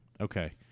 Okay